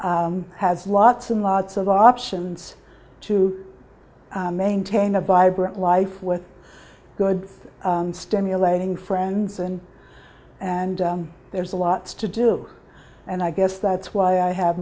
has lots and lots of options to maintain a vibrant life with good stimulating friends and and there's lots to do and i guess that's why i have